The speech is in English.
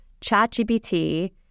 ChatGPT